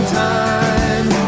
time